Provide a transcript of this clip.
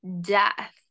death